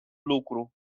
lucru